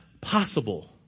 possible